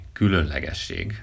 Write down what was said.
különlegesség